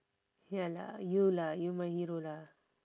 ya lah you lah you my hero lah